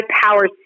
power